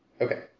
Okay